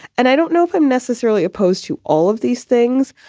and i don't know if i'm necessarily opposed to all of these things,